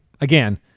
again